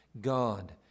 God